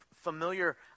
familiar